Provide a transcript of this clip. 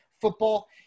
football